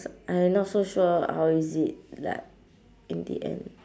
I not so sure how is it like in the end